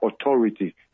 authority